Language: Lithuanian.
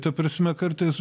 ta prasme kartais